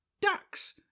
ducks